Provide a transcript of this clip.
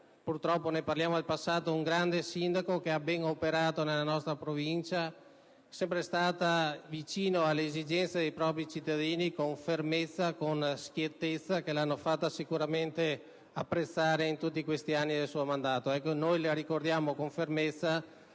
purtroppo ne parliamo del passato - un grande sindaco, che ha ben operato nella nostra Provincia. È sempre stata vicina alle esigenze dei propri cittadini, con fermezza e schiettezza, il che l'ha fatta apprezzare in tutti gli anni del suo mandato. Noi la ricordiamo con stima,